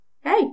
Hey